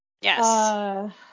Yes